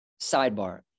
Sidebar